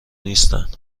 نیستن